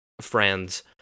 friends